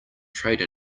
trade